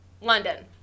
London